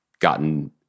gotten